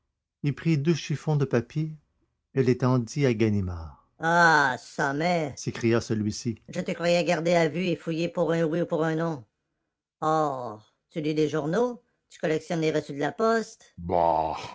y prit deux chiffons de papier et les tendit à ganimard ah ça mais s'écria celui-ci je vous croyais gardé à vue et fouillé pour un oui ou pour un non or vous lisez les journaux vous collectionnez les reçus de la poste